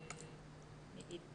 אני כאן.